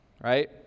right